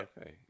Okay